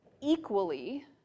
equally